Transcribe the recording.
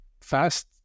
fast